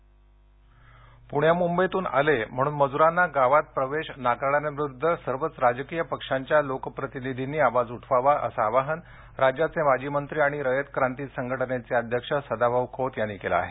गावबंदी पुण्यामुंबईतून आले म्हणून मजूरांना गावात प्रवेश नाकारणाऱ्यांविरुद्ध सर्वच राजकीय पक्षांच्या लोकप्रतिनिधींनी आवाज उठवावा असं आवाहन राज्याचे माजी मंत्री आणि रयत क्रांती संघटनेचे अध्यक्ष सदाभाऊ खोत यांनी केलं आहे